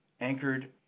anchored